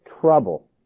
Trouble